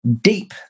deep